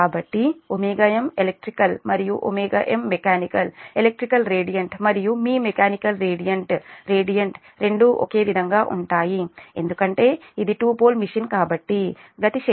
కాబట్టి m electrical మరియుm mechanical electrical radiant మరియు మీ మెకానికల్ రేడియంట్ రేడియంట్ రెండూ ఒకే విధంగా ఉంటాయి ఎందుకంటే ఇది 2 పోల్ మెషిన్ కాబట్టి గతి శక్తి ½ J m2